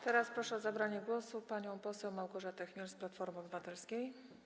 Teraz proszę o zabranie głosu panią poseł Małgorzatę Chmiel z Platformy Obywatelskiej.